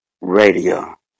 Radio